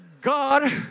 God